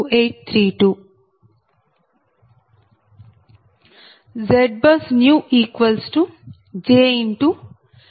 2500 0